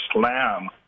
slam